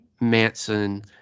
Manson